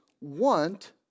want